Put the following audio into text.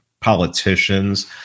politicians